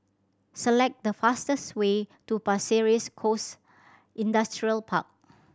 select the fastest way to Pasir Ris Coast Industrial Park